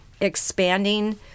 expanding